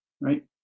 Right